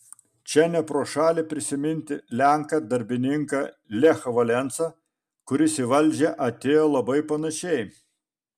čia ne pro šalį prisiminti lenką darbininką lechą valensą kuris į valdžią atėjo labai panašiai